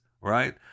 right